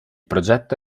progetto